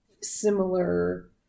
similar